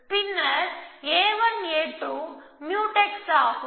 பின்னர் a1a2 mutex ஆகும்